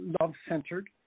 love-centered